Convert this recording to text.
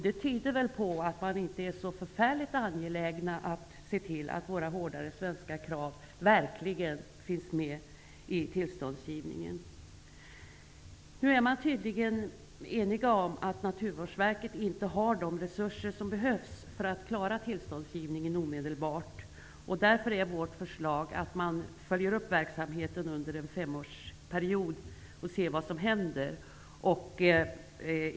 Det tyder väl på att man inte är särskilt angelägen om att se till att de hårdare svenska kraven verkligen finns med vid tillståndsgivningen. Nu är man tydligen överens om att Naturvårdsverket inte har de resurser som behövs för att klara tillståndsgivningen omedelbart. Därför är det vårt förslag att man följer upp verksamheten under en femårsperiod för att se vad som händer.